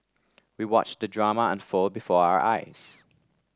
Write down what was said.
we watched the drama unfold before our eyes